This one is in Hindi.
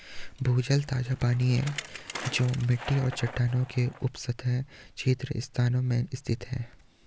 भूजल ताजा पानी है जो मिट्टी और चट्टानों के उपसतह छिद्र स्थान में स्थित है